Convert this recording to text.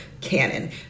canon